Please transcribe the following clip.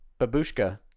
babushka